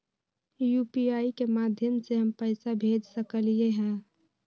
UPI के माध्यम से हम पैसा भेज सकलियै ह?